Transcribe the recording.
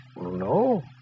No